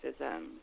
racism